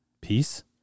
Peace